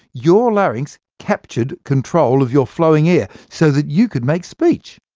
your larynx captured control of your flowing air, so that you could make speech.